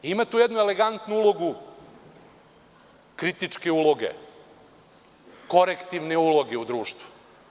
Ima tu jednu elegantnu ulogu kritičke uloge, korektivne uloge u društvu.